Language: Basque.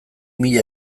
mila